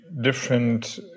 different